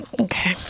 okay